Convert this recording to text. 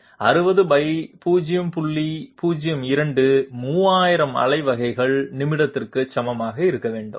02 3000 அலை வகைகள்நிமிடத்திற்கு சமமாக இருக்க வேண்டும்